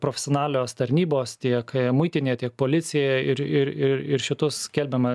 profesionalios tarnybos tiek muitinė tiek policija ir ir ir ir šitus skelbiama